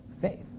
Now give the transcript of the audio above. faith